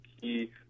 key